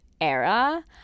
era